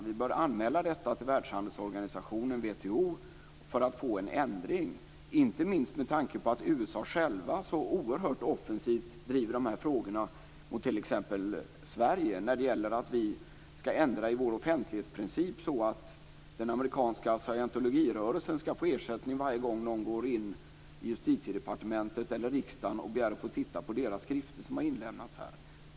Vi bör anmäla detta till Världshandelsorganisationen, WTO, för att få en ändring - inte minst med tanke på att USA självt så oerhört offensivt driver att Sverige skall ändra i sin offentlighetsprincip så att den amerikanska scientologirörelsen skall få ersättning varje gång någon går in till Justitiedepartementet eller riksdagen och begär att få titta på dess skrifter som har lämnats in här.